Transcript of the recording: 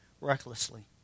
recklessly